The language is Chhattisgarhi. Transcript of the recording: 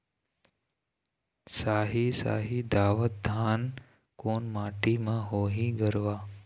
साही शाही दावत धान कोन माटी म होही गरवा?